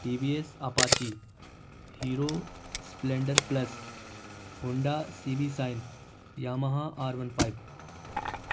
T V S Apache Hero Splendor Plus Honda C B Shine Yamaha R one five